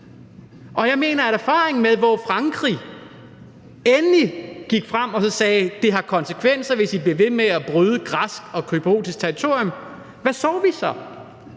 os også en erfaring, da Frankrig endelig gik frem og sagde, at det har konsekvenser, hvis de bliver ved med at bryde græsk og cypriotisk territorium, for hvad så vi så?